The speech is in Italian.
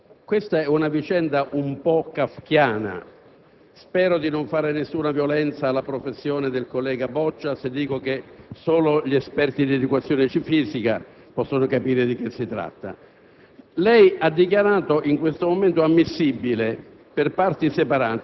signor Presidente, se venisse approvata questa prima parte, di parlare sulla seconda. Al collega Castelli dico che quando voglio ritirare un emendamento sono perfettamente capace di farlo, parlerò subito dopo, lo ringrazio per i suoi consigli, ma onestamente non mi servono.